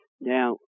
Now